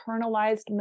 internalized